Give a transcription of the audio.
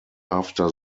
after